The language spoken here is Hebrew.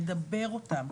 לדבר אותם,